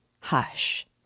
hush